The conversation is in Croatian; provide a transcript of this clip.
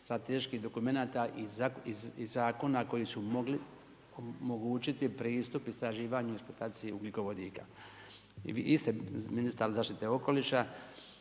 strateških dokumenata iz zakona koji su mogli omogućiti pristup istraživanju i eksploataciji ugljikovodika. I vi ste …/Govornik